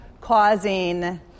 causing